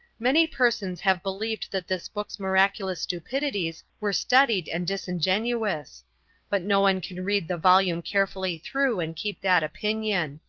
many persons have believed that this book's miraculous stupidities were studied and disingenuous but no one can read the volume carefully through and keep that opinion.